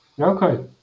Okay